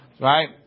Right